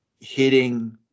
hitting